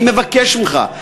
אני מבקש ממך,